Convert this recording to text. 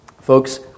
Folks